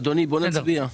אדוני, בוא נצביע.